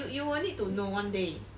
you you will need to know one day